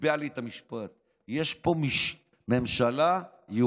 קיבע לי את המשפט: יש פה ממשלה יהודית-פלסטינית.